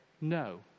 no